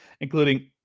including